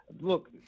Look